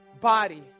body